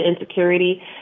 insecurity